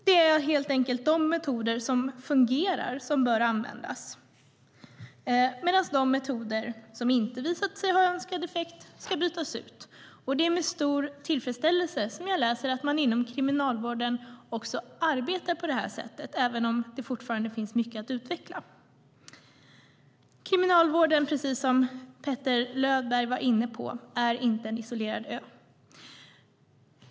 Det är helt enkelt de metoder som fungerar som bör användas, medan de metoder som inte visat sig ha önskad effekt ska bytas ut. Det är med stor tillfredsställelse som jag läser att man inom kriminalvården också arbetar på det här sättet, även om det fortfarande finns mycket att utveckla. Kriminalvården är inte en isolerad ö, precis som Petter Löberg var inne på.